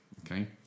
Okay